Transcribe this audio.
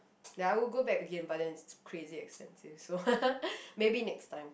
ya I would go back again but then it's crazy expensive so maybe next time